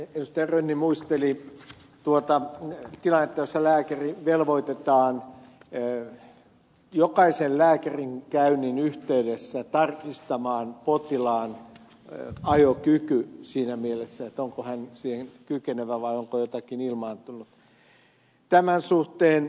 rönni muisteli tuota tilannetta jossa lääkäri velvoitetaan jokaisen lääkärikäynnin yhteydessä tarkistamaan potilaan ajokyky siinä mielessä onko hän ajamiseen kykenevä vai onko jotakin ilmaantunut tämän suhteen